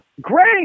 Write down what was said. great